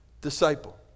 disciple